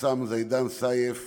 רס"מ זידאן סייף